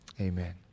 amen